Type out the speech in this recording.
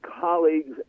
colleagues